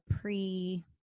pre